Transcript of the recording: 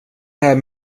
här